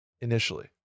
initially